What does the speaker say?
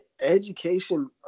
education